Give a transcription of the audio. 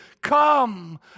Come